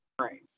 Right